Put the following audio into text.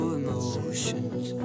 emotions